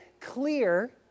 clear